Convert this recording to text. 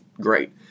great